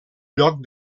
lloc